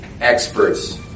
experts